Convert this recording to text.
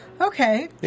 okay